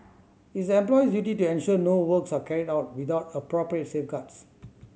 it's the employer's duty to ensure no works are carried out without appropriate safeguards